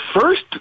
first